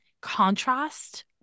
contrast